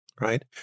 right